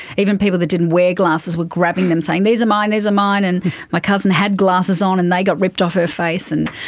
even people that didn't wear glasses were grabbing them saying, these are mine, these are mine. and my cousin had glasses on and they got ripped off her face. and